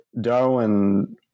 Darwin